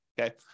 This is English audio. Okay